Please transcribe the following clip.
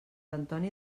antoni